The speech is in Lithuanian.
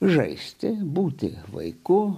žaisti būti vaiku